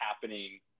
happening